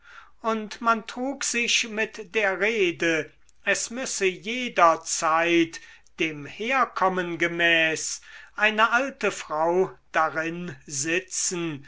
und man trug sich mit der rede es müsse jederzeit dem herkommen gemäß eine alte frau darin sitzen